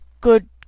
good